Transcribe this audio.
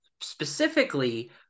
specifically